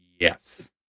Yes